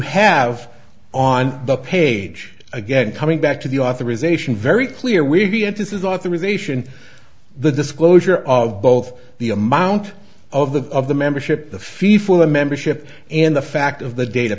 have on the page again coming back to the authorization very clear we began to says authorization the disclosure of both the amount of the of the membership the fee for the membership and the fact of the data